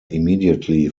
immediately